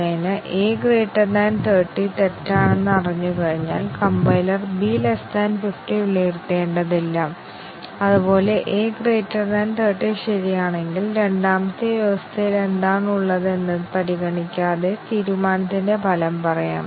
അതിനാൽ ആദ്യത്തെ atomic condition ആദ്യ ടെസ്റ്റ് കേസിൽ ട്രൂ മൂല്യവും രണ്ടാമത്തെ ടെസ്റ്റ് കേസിൽ തെറ്റായ മൂല്യവും എടുക്കുന്നു ഇവിടെ രണ്ടാമത്തെ കണ്ടീഷണൽ എക്സ്പ്രെഷൻ ആദ്യ ടെസ്റ്റ് കേസിൽ തെറ്റായ മൂല്യവും രണ്ടാമത്തെ ടെസ്റ്റ് കേസിൽ ട്രൂ മൂല്യവും എടുക്കുന്നു